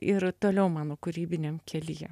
ir toliau mano kūrybiniam kelyje